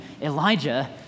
Elijah